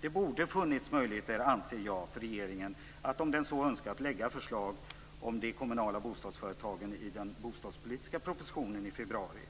Det borde ha funnits möjligheter, anser jag, för regeringen att - om den så önskat - lägga fram förslag om de kommunala bostadsföretagen i den bostadspolitiska propositionen i februari.